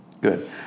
Good